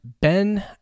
Ben